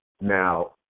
now